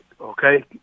Okay